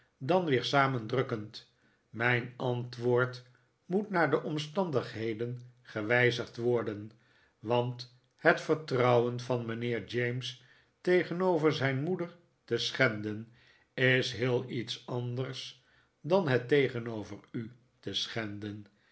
dan weer samendrukkend mijn antwoord moet naar de omstandigheden gewijzigd worden want het vertrouwen van mijnheer james tegenover zijn moeder te schenden is heel iets anders dan het tegenover u te schenden